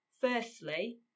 Firstly